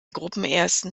gruppenersten